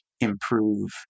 improve